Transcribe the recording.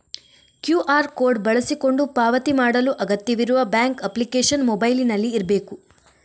QR code ಬಳಸಿಕೊಂಡು ಪಾವತಿ ಮಾಡಲು ಅಗತ್ಯವಿರುವ ಬ್ಯಾಂಕ್ ಅಪ್ಲಿಕೇಶನ್ ಮೊಬೈಲಿನಲ್ಲಿ ಇರ್ಬೇಕು